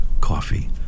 coffee